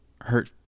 hurt